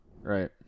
Right